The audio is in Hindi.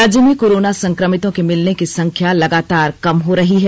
राज्य में कोरोना संक्रमितों के मिलने की संख्या लगातार कम हो रही है